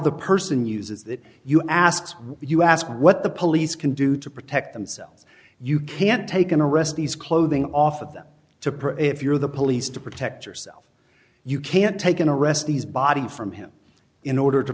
the person uses that you ask you ask what the police can do to protect themselves you can't tell going to wrest these clothing off of them to prove if you're the police to protect yourself you can't take an arrest these body from him in order to